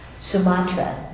Sumatra